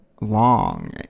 long